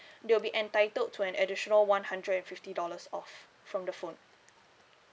they will be entitled to an additional one hundred and fifty dollars off from the phone